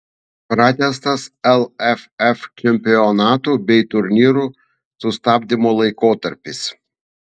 pratęstas lff čempionatų bei turnyrų sustabdymo laikotarpis